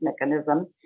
mechanism